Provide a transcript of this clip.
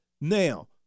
now